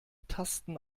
tasten